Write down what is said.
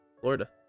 florida